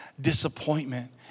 disappointment